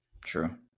True